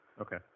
Okay